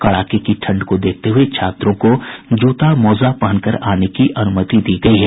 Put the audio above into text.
कड़ाके की ठंड को देखते हुये छात्रों को जूता मोजा पहनकर आने की अनुमति दी गयी है